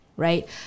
right